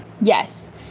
yes